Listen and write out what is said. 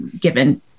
given